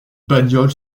bagnole